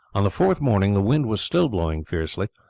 on the fourth morning the wind was still blowing fiercely,